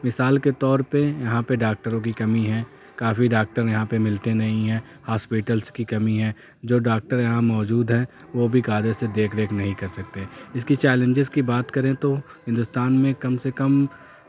مثال کے طور پہ یہاں پہ ڈاکٹروں کی کمی ہے کافی ڈاکٹر یہاں پہ ملتے نہیں ہیں ہاسپیٹلس کی کمی ہے جو ڈاکٹر یہاں موجود ہیں وہ بھی قائدے سے دیکھ ریکھ نہیں کر سکتے اس کی چیلنجز کی بات کریں تو ہندوستان میں کم سے کم